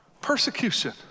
Persecution